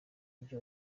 mujyi